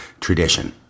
tradition